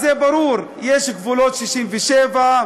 אז זה ברור: יש גבולות 67',